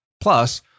Plus